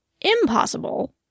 impossible